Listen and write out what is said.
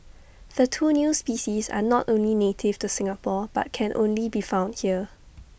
the two new species are not only native to Singapore but can only be found here